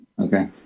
okay